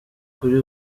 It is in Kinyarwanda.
kuri